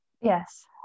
Yes